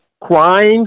crimes